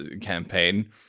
campaign